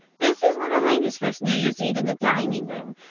this is little heiny's first new year's eve in the dining-room.